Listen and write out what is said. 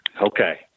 Okay